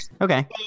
Okay